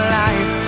life